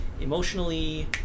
emotionally